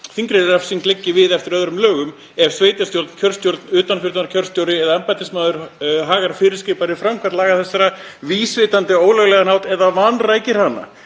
þyngri refsing liggi við eftir öðrum lögum, ef sveitarstjórn, kjörstjórn, utanfundarkjörstjóri eða embættismaður hagar fyrirskipaðri framkvæmd laga þessara vísvitandi á ólöglegan hátt eða vanrækir hana.